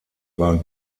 waren